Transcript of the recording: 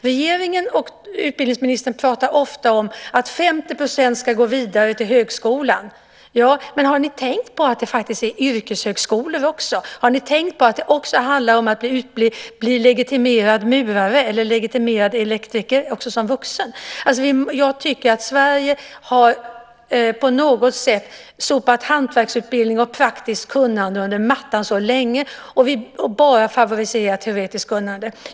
Regeringen och utbildningsministern pratar ofta om att 50 % ska gå vidare till högskolan. Men har ni tänkt på att det faktiskt finns yrkeshögskolor också? Har ni tänkt på att det också handlar om att bli legitimerad murare eller legitimerad elektriker också som vuxen? Jag tycker att Sverige på något sätt har sopat hantverksutbildning och praktiskt kunnande under mattan så länge och bara favoriserat teoretiskt kunnande.